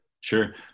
sure